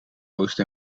oost